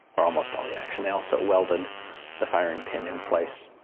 or almost all the action. they also welded the firing pin in place.